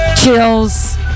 chills